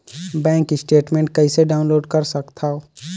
Bank statement कइसे download कर सकथव?